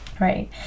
Right